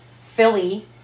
Philly